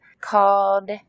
called